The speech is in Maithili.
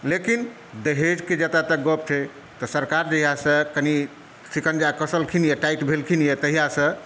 लेकिन दहेजके जतय तक गप छै तऽ सरकार जहिआसँ कनी शिकञ्जा कसलखिन यए टाइट भेलखिन यए तहिआसँ